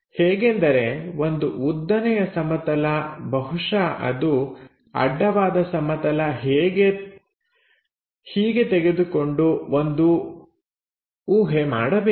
ಹೇಗೆಂದರೆ ಒಂದು ಉದ್ದನೆಯ ಸಮತಲ ಬಹುಶಃ ಅದು ಅಡ್ಡವಾದ ಸಮತಲ ಹೀಗೆ ತೆಗೆದುಕೊಂಡು ಒಂದು ಊಹೆ ಮಾಡಬೇಕು